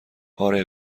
آره